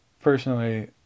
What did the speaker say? Personally